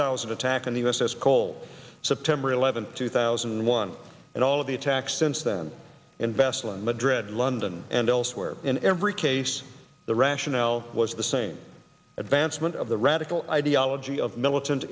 thousand attack on the u s s cole september eleventh two thousand and one and all of the attacks since then invested in madrid london and elsewhere in every case the rationale was the same advancement of the radical ideology of militant